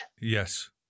Yes